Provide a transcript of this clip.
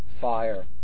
fire